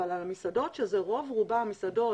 אבל הרוב אלה מסעדות,